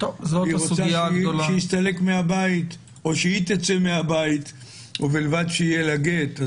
היא רוצה שיסתלק מהבית או שהיא תצא מהבית ובלבד שיהיה לה גט.